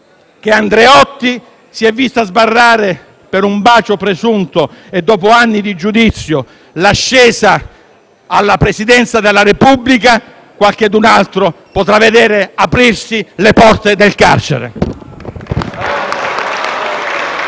che Andreotti si è visto sbarrare, per un bacio presunto e dopo anni di giudizio, l'ascesa alla Presidenza della Repubblica. Qualcun'altro potrà vedere aprirsi le porte del carcere.